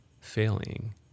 failing